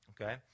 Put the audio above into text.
okay